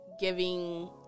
giving